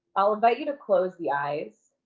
i'll invite you to close the eyes,